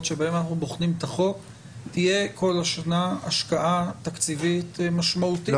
שבהן אנחנו בוחנים את החוק תהיה כל שנה השקעה תקציבית משמעותית.